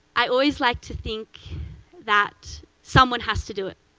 i always like to think that someone has to do it.